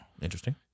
Interesting